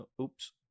oops